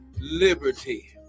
liberty